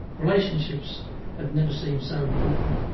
relationships have never seemed so important.